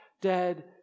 dead